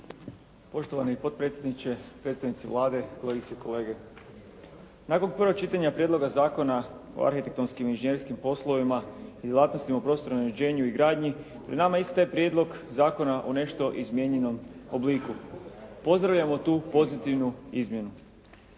Poštovani potpredsjedniče, predstavnici Vlade, kolegice i kolege. Nakon prvog čitanja prijedloga Zakona o arhitektonskim i inženjerskim poslovima i djelatnostima u prostornom uređenju i gradnji pred nama je isti taj prijedlog zakona u nešto izmijenjenom obliku. Pozdravljamo tu pozitivnu izmjenu.